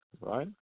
right